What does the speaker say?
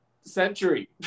century